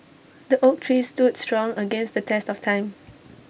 the oak tree stood strong against the test of time